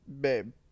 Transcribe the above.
babe